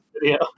video